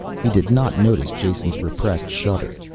he did not notice jason's repressed shudder.